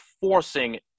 forcing